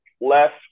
left